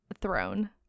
Throne